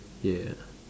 yeah